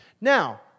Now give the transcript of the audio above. Now